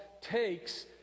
takes